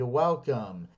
welcome